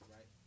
Right